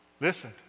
Listen